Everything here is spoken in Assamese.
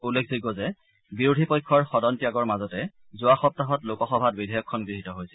উল্লেখযোগ্য যে বিৰোধী পক্ষৰ সদন ত্যাগৰ মাজতে যোৱা সপ্তাহত লোকসভাত বিধেয়কখন গৃহীত হৈছে